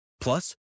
plus